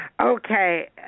Okay